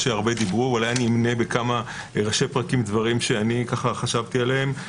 אמנה בכמה ראשית פרקים דברים שאני חשבתי עליהם.